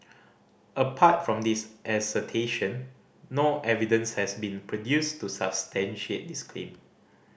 apart from this assertion no evidence has been produced to substantiate this claim